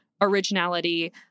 originality